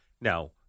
Now